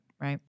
right